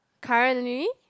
currently